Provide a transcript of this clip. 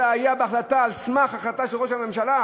זה היה החלטה על סמך החלטה של ראש הממשלה,